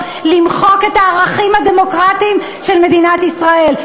למחוק את הערכים הדמוקרטיים של מדינת ישראל.